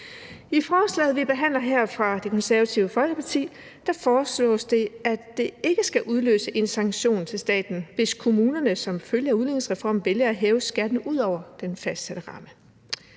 I forslaget, vi behandler her, fra Det Konservative Folkeparti foreslås det, at det ikke skal udløse en sanktion til staten, hvis kommunerne som følge af udligningsreformen vælger at hæve skatten ud over den fastsatte ramme.